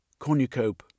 Cornucope